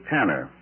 Tanner